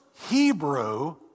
Hebrew